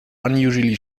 unusually